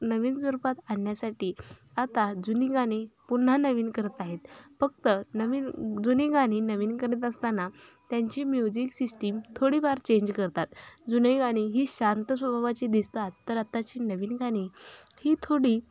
नवीन स्वरूपात आणण्यासाठी आता जुनी गाणी पुन्हा नवीन करत आहेत फक्त नवीन जुनी गाणी नवीन करत असताना त्यांची म्युझिक सिस्टीम थोडीफार चेंज करतात जुने गाणी ही शांत स्वभावाची दिसतात तर आताची नवीन गाणी ही थोडी